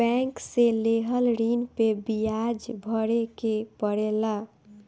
bank से लेहल ऋण पे बियाज भरे के पड़ेला